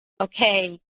okay